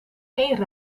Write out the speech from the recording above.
geen